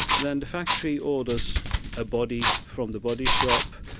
then the factory orders a body from the body shop,